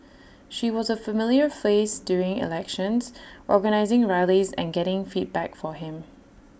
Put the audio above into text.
she was A familiar face during elections organising rallies and getting feedback for him